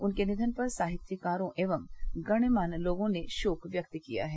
उनके निवन पर साहित्यकारों एवं गण्यमान्य लोगों ने शोक व्यक्त किया है